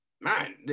Man